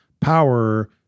power